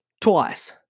Twice